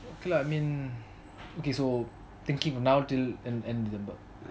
okay lah I mean okay so thinking now till end end december